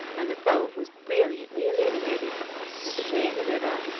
and the boat was brilliantly illuminated as it lay in the river,